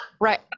Right